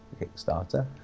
kickstarter